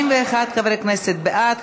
51 חברי כנסת בעד.